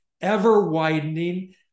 ever-widening